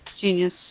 Genius